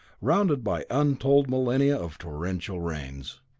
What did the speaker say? rounded by untold millennia of torrential rains.